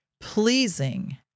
pleasing